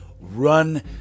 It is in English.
run